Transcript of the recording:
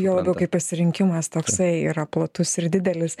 juo labiau kai pasirinkimas toksai yra platus ir didelis